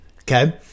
Okay